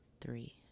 Three